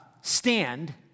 stand